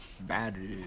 bad